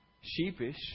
sheepish